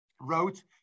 wrote